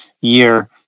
year